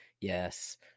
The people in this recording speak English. Yes